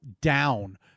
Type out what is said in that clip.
down